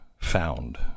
found